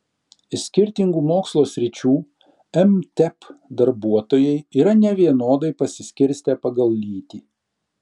skirtingų mokslo sričių mtep darbuotojai yra nevienodai pasiskirstę pagal lytį